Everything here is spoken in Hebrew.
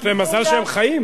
יש להם מזל שהם חיים.